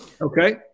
Okay